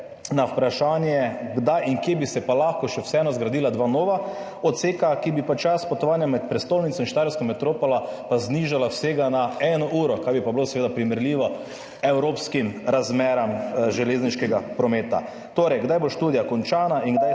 na vprašanji, kdaj in kje bi se pa lahko vseeno zgradila dva nova odseka, ki bi čas potovanja med prestolnico in štajersko metropolo znižala vsega na eno uro, kar bi pa bilo seveda primerljivo evropskim razmeram železniškega prometa. Kdaj bo študija glede gradnje